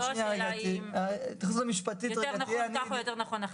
השאלה היא לא אם יותר נכון או יותר נכון אחרת.